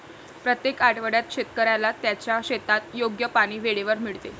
प्रत्येक आठवड्यात शेतकऱ्याला त्याच्या शेतात योग्य पाणी वेळेवर मिळते